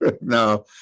No